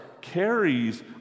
carries